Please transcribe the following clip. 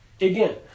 again